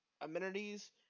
amenities